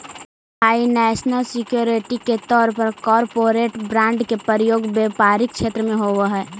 financial security के तौर पर कॉरपोरेट बॉन्ड के प्रयोग व्यापारिक क्षेत्र में होवऽ हई